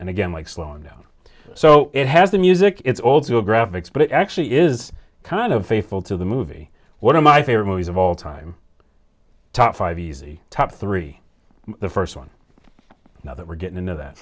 and again like slowing down so it has the music it's also a graphics but it actually is kind of faithful to the movie one of my favorite movies of all time top five easy top three the first one now that we're getting into that